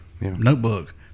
notebook